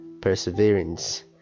perseverance